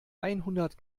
einhundert